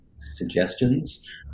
suggestions